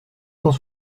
cent